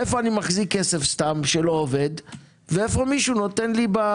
איפה אני מחזיק כסף סתם שלא עובד ומאיפה מישהו נותן לו.